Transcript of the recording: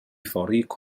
فريق